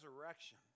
resurrection